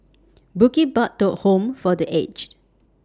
Bukit Batok Home For The Aged